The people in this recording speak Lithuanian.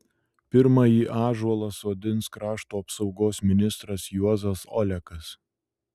pirmąjį ąžuolą sodins krašto apsaugos ministras juozas olekas